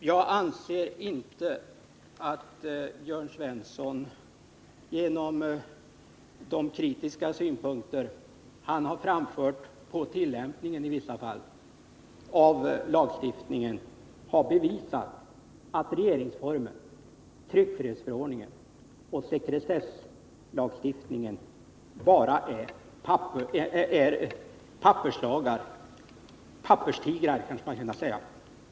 Herr talman! Jag anser inte att Jörn Svensson genom de kritiska synpunkter han har framfört mot tillämpningen i vissa fall av lagstiftningen har bevisat att regeringsformen, tryckfrihetsförordningen och sekretesslagstiftningen bara är papperslagar — eller papperstigrar kanske man kunde säga.